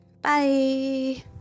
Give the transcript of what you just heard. Bye